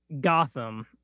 Gotham